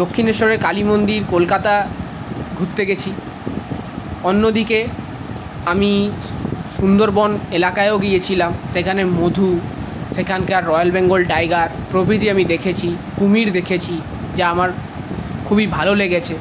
দক্ষিণেশ্বরের কালীমন্দির কলকাতা ঘুরতে গেছি অন্যদিকে আমি সুন্দরবন এলাকায়ও গিয়েছিলাম সেইখানের মধু সেইখানকার রয়েল বেঙ্গল টাইগার প্রভৃতি আমি দেখেছি কুমির দেখেছি যা আমার খুবই ভালো লেগেছে